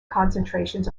concentrations